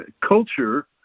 culture